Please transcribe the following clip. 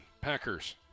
Packers